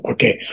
Okay